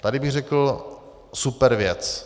Tady bych řekl super věc.